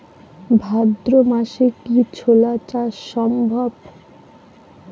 ভাদ্র মাসে কি ছোলা চাষ সম্ভব?